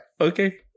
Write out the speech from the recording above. Okay